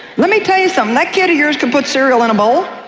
let me tell you something, that kid of yours can put cereal in a bowl.